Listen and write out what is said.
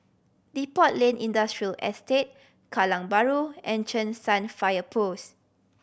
Depot Lane Industrial Estate Kallang Bahru and Cheng San Fire Post